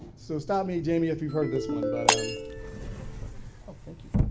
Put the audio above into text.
so stop me, jamie if you've heard this one, but. um okay so ah thank you.